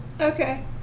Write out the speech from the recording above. Okay